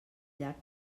llac